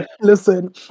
Listen